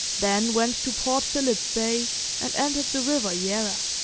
then went to port philip bay and entered the river yarra.